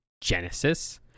genesis